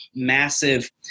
massive